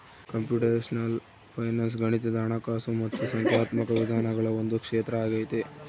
computational finance ಗಣಿತದ ಹಣಕಾಸು ಮತ್ತು ಸಂಖ್ಯಾತ್ಮಕ ವಿಧಾನಗಳ ಒಂದು ಕ್ಷೇತ್ರ ಆಗೈತೆ